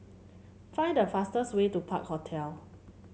find the fastest way to Park Hotel